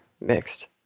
mixed